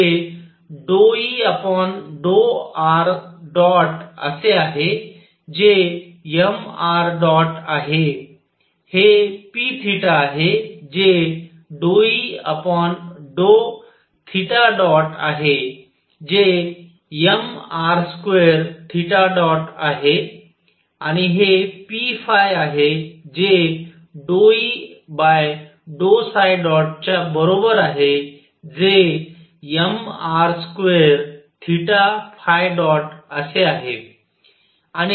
हे pr आहेत जे ∂E∂ṙ असे आहे जे mṙ आहे हे p आहे जे ∂E∂θ̇ आहे जे mr2̇ आहे आणि हे pϕ जे ∂E∂̇च्या बरोबर आहे जे mr2ϕ̇ असे आहे